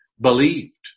believed